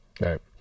Right